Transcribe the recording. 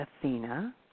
Athena